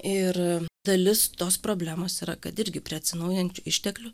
ir dalis tos problemos yra kad irgi prie atsinaujinančių išteklių